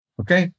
okay